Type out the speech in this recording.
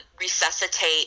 resuscitate